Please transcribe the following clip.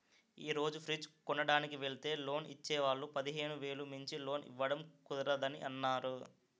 ఈ రోజు ఫ్రిడ్జ్ కొనడానికి వెల్తే లోన్ ఇచ్చే వాళ్ళు పదిహేను వేలు మించి లోన్ ఇవ్వడం కుదరదని అన్నారు